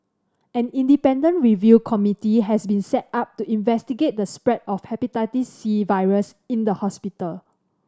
an independent review committee has been set up to investigate the spread of the Hepatitis C virus in the hospital